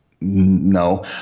No